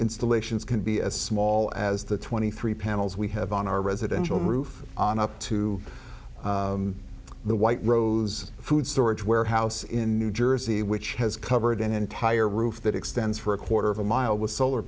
installations can be as small as the twenty three panels we have on our residential roof on up to the white rose food storage warehouse in new jersey which has covered an entire roof that extends for a quarter of a mile with solar